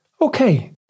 Okay